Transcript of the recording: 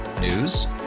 News